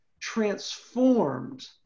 transformed